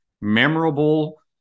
memorable